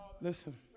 Listen